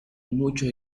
muchos